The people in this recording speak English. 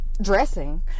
dressing